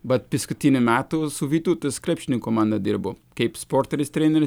bet paskutinę metų su vytautas krepšininku mane dirbau kaip sportinis treneris